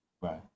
Right